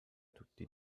tutti